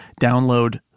download